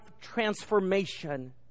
transformation